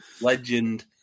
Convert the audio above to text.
Legend